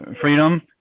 freedom